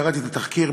קראתי את התחקיר,